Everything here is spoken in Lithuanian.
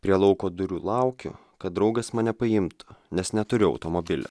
prie lauko durų laukiu kad draugas mane paimt nes neturiu automobilio